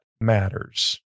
matters